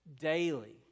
daily